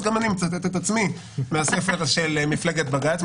אז גם אני מצטט את עצמי מהספר "מפלגת בג"ץ",